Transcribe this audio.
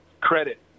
credit